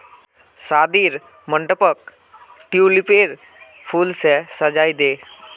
शादीर मंडपक ट्यूलिपेर फूल स सजइ दे